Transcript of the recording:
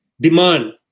demand